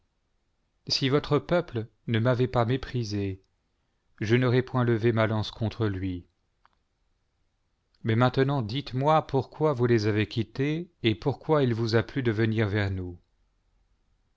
si votre peuple ne m'avait pas méprisé je n'aurais point levé ma lance contre lui mais maintenant dites-moi pourquoi vous les avez quittés et pourquoi il vous a plu de venir vers nous